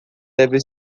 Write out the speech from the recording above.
deve